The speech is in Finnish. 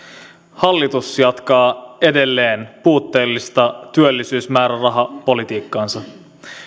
hallitus jatkaa edelleen puutteellista työllisyysmäärärahapolitiikkaansa